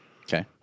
Okay